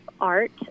art